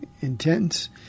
intense